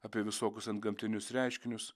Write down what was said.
apie visokius antgamtinius reiškinius